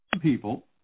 people